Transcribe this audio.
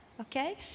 Okay